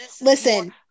Listen